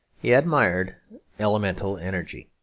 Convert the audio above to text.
he admired elemental energy.